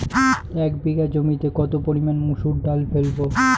এক বিঘে জমিতে কত পরিমান মুসুর ডাল ফেলবো?